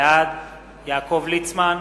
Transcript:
בעד יעקב ליצמן,